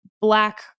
black